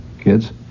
Kids